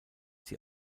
sie